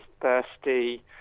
thirsty